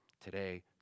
today